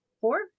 four